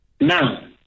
Now